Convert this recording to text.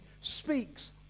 speaks